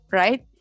right